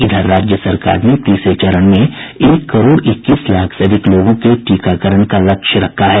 इधर राज्य सरकार ने तीसरे चरण में एक करोड़ इक्कीस लाख से अधिक लोगों के टीकाकरण का लक्ष्य रखा है